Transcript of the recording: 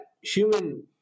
human